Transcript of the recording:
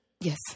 Yes